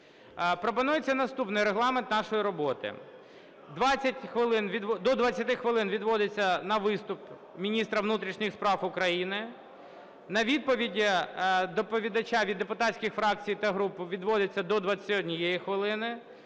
Пропонується наступний регламент нашої роботи: до 20 хвилин відводиться на виступ міністра внутрішніх справ України; на відповіді доповідача від депутатських фракцій та груп відводиться до 21 хвилини;